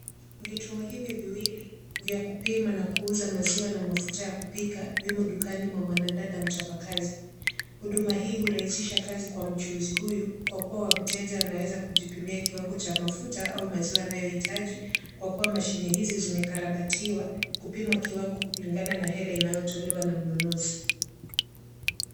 Vituo hivi viwili vya kupima na kuuza maziwa na mafuta ya kupika vimo dukani mwa mwanadada mchapa kazi. Huduma hii hurahisisha kazi kwa mchuuzi huyu kwa kuwa mteja anaweza kujipimia kiwango cha mafuta au maziwa anayohitaji kwa kuwa mashine hizi zimekarabatiwa kupima kiwango kulingana na hela inayotolewa na mnunuzi.